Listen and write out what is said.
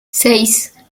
seis